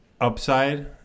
upside